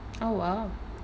oh !wow!